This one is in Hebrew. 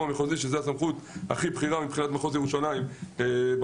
המחוזי שהוא הסמכות הכי בכירה מבחינת מחוז ירושלים בנושא.